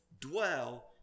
dwell